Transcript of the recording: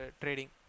trading